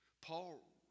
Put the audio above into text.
Paul